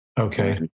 Okay